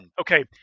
okay